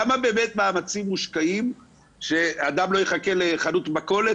כמה באמת מאמצים מושקעים כדי אדם לא יחכה לחנות מכולת